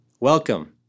Welcome